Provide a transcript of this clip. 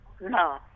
No